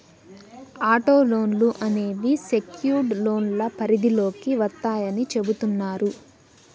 auto లోన్లు అనేవి secured లోన్ల పరిధిలోకి వత్తాయని చెబుతున్నారు